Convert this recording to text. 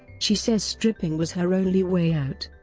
she says stripping was her only way out,